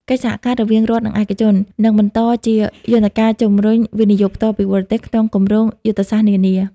កិច្ចសហការរវាងរដ្ឋ និងឯកជន នឹងបន្តជាយន្តការជំរុញ វិនិយោគផ្ទាល់ពីបរទេស ក្នុងគម្រោងយុទ្ធសាស្ត្រនានា។